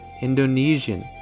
Indonesian